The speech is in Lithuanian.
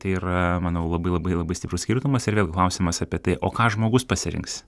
tai yra manau labai labai labai stiprus skirtumas ir vėl klausimas apie tai o ką žmogus pasirinks